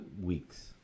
weeks